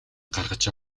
гаргаж